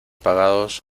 pagados